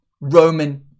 Roman